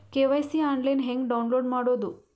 KYC online ಹೆಂಗ್ download ಮಾಡೋದು?